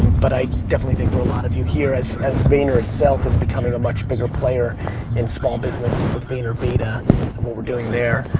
but i definitely think a lot of you here as as vayner itself is becoming a much bigger player in small business with vayner beta and what we're doing there.